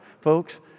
Folks